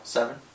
Seven